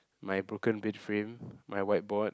my broken bed frame my white board